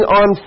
on